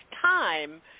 time